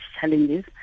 challenges